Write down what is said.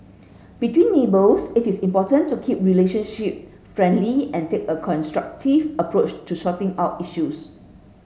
between neighbours it is important to keep relationship friendly and take a constructive approach to sorting out issues